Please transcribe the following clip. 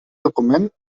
document